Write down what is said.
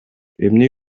эмне